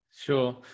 sure